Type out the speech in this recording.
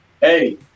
Hey